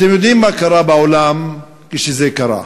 אתם יודעים מה קרה בעולם כשזה קרה,